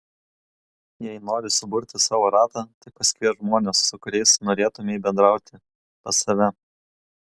jei nori suburti savo ratą tai pasikviesk žmones su kuriais norėtumei bendrauti pas save